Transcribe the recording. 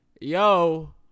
Yo